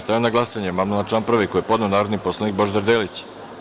Stavljam na glasanje amandman na član 1. koji je podneo narodni poslanik Božidar Delić.